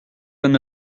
vingt